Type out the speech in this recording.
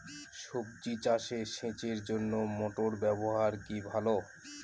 সবজি চাষে সেচের জন্য মোটর ব্যবহার কি ভালো?